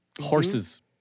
horses